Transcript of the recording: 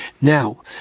Now